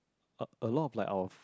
a a lot of like our f~